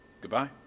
goodbye